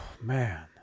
man